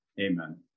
Amen